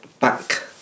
back